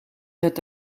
het